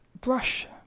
brush